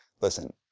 listen